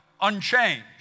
unchanged